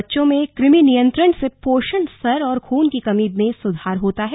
बच्चों में कृमि नियंत्रण से पोषण स्तर और खून की कमी में सुधार होता है